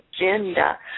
agenda